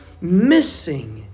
missing